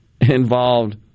involved